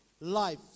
life